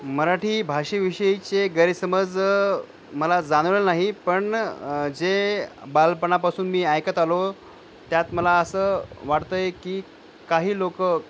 मराठी भाषेविषयीचे गैरसमज मला जाणवले नाही पण जे बालपणापासून मी ऐकत आलो त्यात मला असं वाटतं आहे की काही लोक